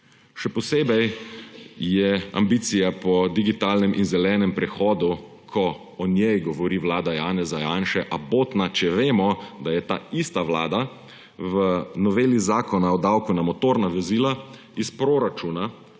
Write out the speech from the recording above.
Še posebej je ambicija po digitalnem in zelenem prehodu, ko o njej govori vlada Janeza Janše, abotna, če vemo, da je ta ista vlada v noveli Zakona o davku na motorna vozila iz proračuna